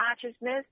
consciousness